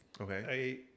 okay